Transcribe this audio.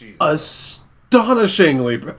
astonishingly